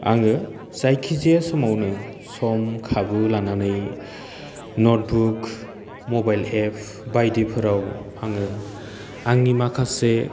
आङो जायखि जाया समावनो सम खाबु लानानै नट बुक माबाइल एप बायदिफोराव आङो आंनि माखासे